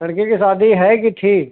लड़की की शादी है कि थी